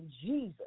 Jesus